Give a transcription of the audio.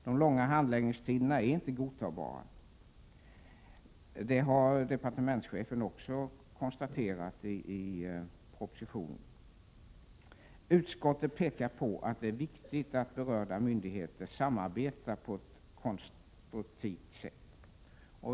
De långa handläggningstiderna är inte godtagbara, vilket departementschefen också har konstaterat i propositionen. Utskottet pekar på att det är viktigt att berörda myndigheter samarbetar på ett konstruktivt sätt.